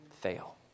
fail